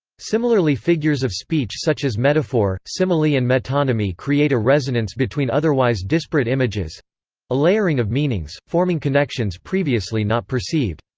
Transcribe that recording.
similarly figures of speech such as metaphor, simile and metonymy create a resonance between otherwise disparate images a layering of meanings, forming connections previously not perceived.